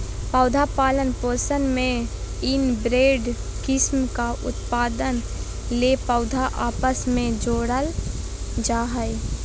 पौधा पालन पोषण में इनब्रेड किस्म का उत्पादन ले पौधा आपस मे जोड़ल जा हइ